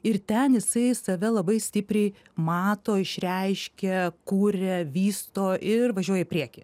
ir ten jisai jis save labai stipriai mato išreiškia kuria vysto ir važiuoja į priekį